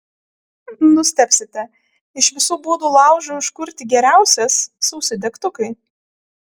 nustebsite iš visų būdų laužui užkurti geriausias sausi degtukai